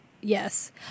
Yes